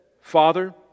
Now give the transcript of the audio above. Father